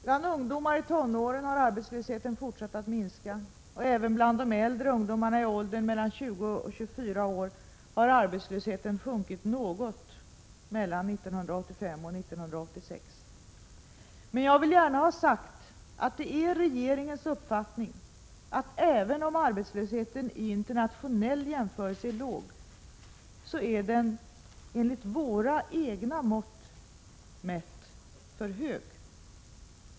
Bland ungdomar i tonåren har arbetslösheten fortsatt att minska, och även bland de äldre ungdomarna i åldern 20-24 år har arbetslösheten sjunkit något mellan 1985 och 1986. Men jag vill gärna ha sagt att det är regeringens uppfattning att även om arbetslösheten vid internationell jämförelse är låg, så är den enligt våra egna mått för hög.